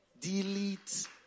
Delete